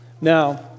Now